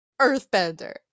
earthbender